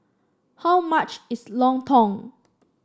how much is lontong